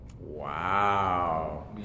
Wow